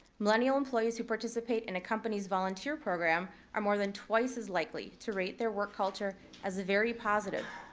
millennial employees who participate in a company's volunteer program are more than twice as likely to rate their work culture as very positive,